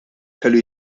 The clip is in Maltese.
kellu